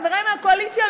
חבריי מהקואליציה,